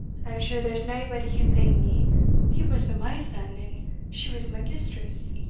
i am sure there's naebody can blame me he wasna my son, and she was my mistress.